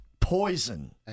poison